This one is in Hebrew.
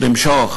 למשוך.